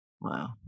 Wow